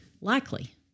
likely